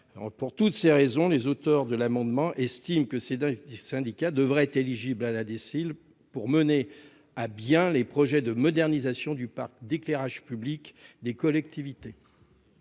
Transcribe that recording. Pour toutes ces raisons, les auteurs de l'amendement estime que Cédric des syndicats devraient être éligible à la déciles pour mener à bien les projets de modernisation du parc d'éclairage public des collectivités.--